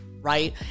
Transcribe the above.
right